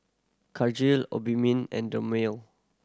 Cartigain Obimin and Dermale